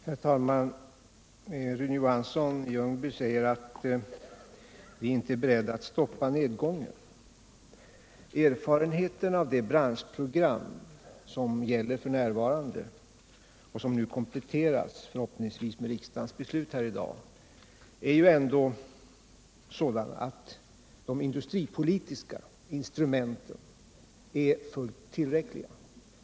Herr talman! Rune Johansson i Ljungby säger att vi inte är beredda att stoppa nedgången inom tekoindustrin. Erfarenheten av det branschprogram som gäller f. n, och som nu förhoppningsvis kompletteras genom riksdagens beslut i dag är sådan att de industripolitiska instrumenten är fullt tillräckliga.